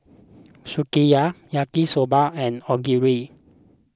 Sukiyaki Yaki Soba and Onigiri